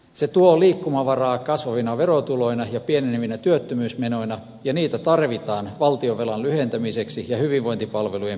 se tuo liikkumavaraa kasvavina verotuloina ja pienenevinä työttömyysmenoina ja niitä tarvitaan valtionvelan lyhentämiseksi ja hyvinvointipalvelujen pelastamiseksi